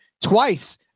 twice